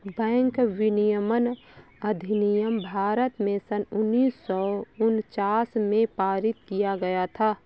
bank विनियमन अधिनियम भारत में सन उन्नीस सौ उनचास में पारित किया गया था